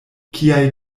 kiaj